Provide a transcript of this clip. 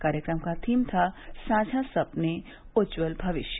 कार्यक्रम का थीम था साझा सपने उज्ज्वल भविष्य